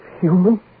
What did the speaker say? human